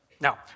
Now